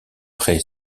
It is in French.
prêt